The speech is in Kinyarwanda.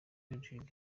rodríguez